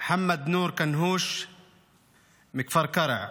מוחמד נור קנהוש מכפר קרע,